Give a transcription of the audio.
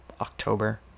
October